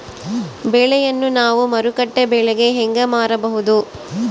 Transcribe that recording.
ಬೆಳೆಯನ್ನ ನಾವು ಮಾರುಕಟ್ಟೆ ಬೆಲೆಗೆ ಹೆಂಗೆ ಮಾರಬಹುದು?